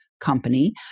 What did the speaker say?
company